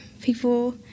people